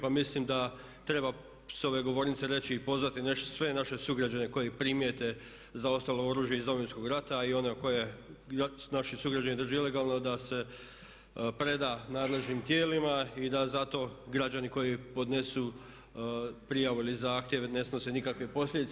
Pa mislim da treba s ove govornice reći i pozvati sve naše sugrađane koji primijete zaostalo oružje iz Domovinskog rata a i ono koje naši sugrađani drže ilegalno da se preda nadležnim tijelima i da za to građani koji podnesu prijavu ili zahtjev ne snose nikakve posljedice.